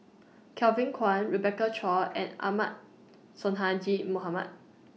Kevin Kwan Rebecca Chua and Ahmad Sonhadji Mohamad